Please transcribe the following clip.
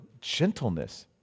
gentleness